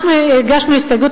אנחנו הגשנו הסתייגות,